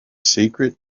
secret